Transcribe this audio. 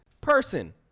Person